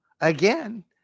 again